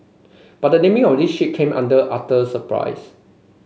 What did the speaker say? but the naming of the ship came under utter surprise